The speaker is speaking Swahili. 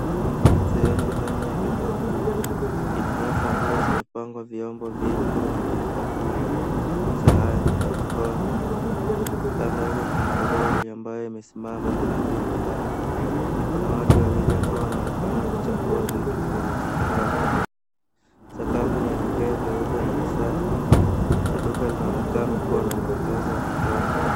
Sehemu ndani ya duka kuu, ina rafu ambazo zimepangwa vyombo vingi kama vile bakuli, sahani na kikombe. Kando yake kuna toroli ambayo imesimama na vitu ndani na kuna watu ambao wanaonekana wakichambua vitu kwenye skrabu. Sakafu ni ya vigae na ni safi na duka linaonekana kuwa na mwangaza wa kutosha.